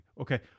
Okay